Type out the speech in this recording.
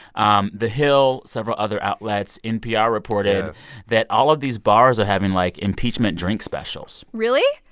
um the hill, several other outlets, npr reported that all of these bars are having, like, impeachment drink specials really?